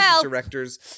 directors